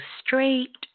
straight